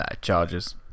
Charges